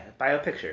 biopicture